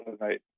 tonight